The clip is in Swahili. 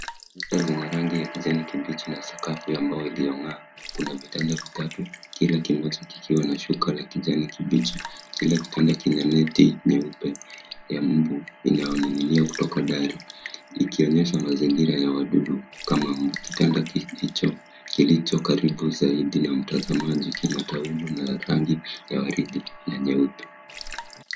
Kutaza rangi ya kijani kibichi na sakafu ya mbao iliyong'aa. Kuna vitanda vitatu, kila kimoja kikiwa na shuka la kijani kibichi. Kila kitanda kina neti nyeupe ya mbu inayoning'inia kutoka dari ikionyesha mazingira ya wadudu kama mbu. Kitanda hicho kilicho karibu zaidi na mtazamaji kina taulo la rangi ya waridi na nyeupe.